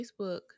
Facebook